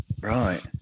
Right